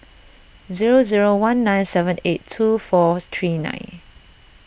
zero zero one nine seven eight two four three nine